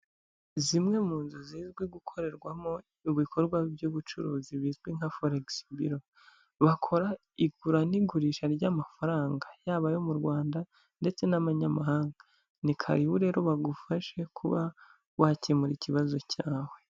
Zimwe mu nzu zizwi gukorerwamo ibikorwa by'ubucuruzi bizwi nka foregisi biro, bakora igura n'igurisha ry'amafaranga, yaba ayo mu Rwanda ndetse n'amanyamahanga, ni karibu rero bagufashe kuba wakemura ikibazo cyawe.